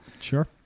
Sure